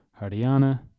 Haryana